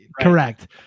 Correct